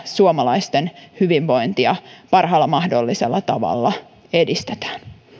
suomalaisten hyvinvointia parhaalla mahdollisella tavalla edistetään